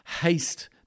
haste